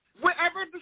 Wherever